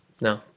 No